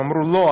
הם אמרו: לא,